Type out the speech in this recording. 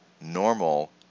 normal